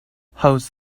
holds